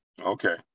Okay